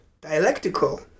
dialectical